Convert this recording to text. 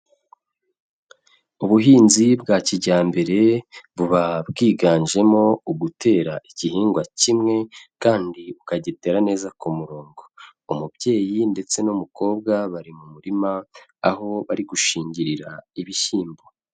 Ubuhinzi bwa kijyambere buba bwiganjemo ugutera igihingwa kimwe kandi ukagitera neza ku murongo, umubyeyi ndetse n'umukobwa bari mu murima, aho bari gushingirira ibishyimbo.